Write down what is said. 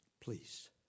please